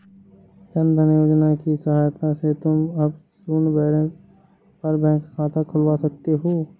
जन धन योजना की सहायता से तुम अब शून्य बैलेंस पर बैंक में खाता खुलवा सकते हो